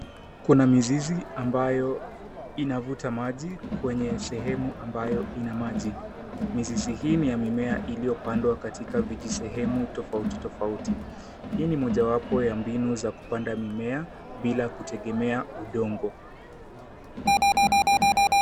Kuna mizizi ambayo inavuta maji kwenye sehemu ambayo ina maji. Mizizi hii ni ya mimea iliyopandwa katika vijisehemu tofauti tofauti. Hii ni mojawapo ya mbinu za kupanda mimea bila kutegemea udongo.